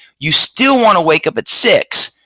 you still want to wake up at six,